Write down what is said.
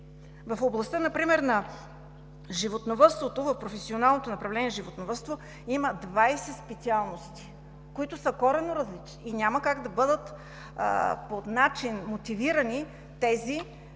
В областта например на животновъдството, в професионалното направление „Животновъдство“ има 20 специалности, които са коренно различни и няма как да бъдат мотивирани тези, които